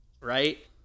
right